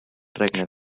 regne